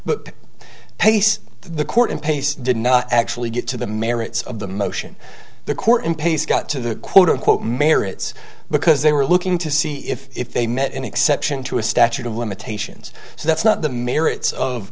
but pace the court in pace did not actually get to the merits of the motion the court and pays got to the quote unquote merits because they were looking to see if they met an exception to a statute of limitations so that's not the merits of